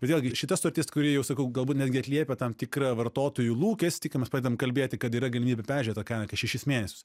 vėlgi šita sutartis kuri jau sakau galbūt netgi atliepia tam tikrą vartotojų lūkestį kai mes pradedam kalbėti kad yra galimybė peržiūrėt tą kainą kas šešis mėnesius